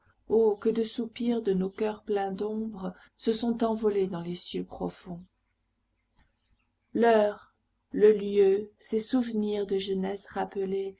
que de soupirs de nos coeurs pleins d'ombre se sont envolés dans les cieux profonds l'heure le lieu ces souvenirs de jeunesse rappelés